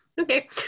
Okay